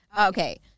Okay